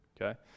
okay